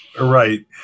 Right